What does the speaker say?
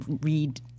read